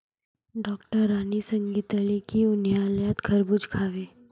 डॉक्टरांनी सांगितले की, उन्हाळ्यात खरबूज खावे